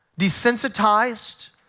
desensitized